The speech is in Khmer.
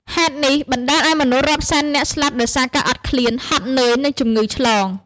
ហេតុនេះបណ្ដាលឱ្យមនុស្សរាប់សែននាក់ស្លាប់ដោយការអត់ឃ្លាន ហត់នឿយ និងជំងឺឆ្លង។